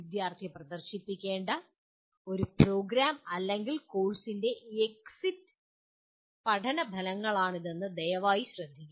വിദ്യാർത്ഥി പ്രദർശിപ്പിക്കേണ്ട ഒരു പ്രോഗ്രാം അല്ലെങ്കിൽ കോഴ്സിന്റെ എക്സിറ്റ് പഠന ഫലങ്ങളാണിതെന്ന് ദയവായി ശ്രദ്ധിക്കുക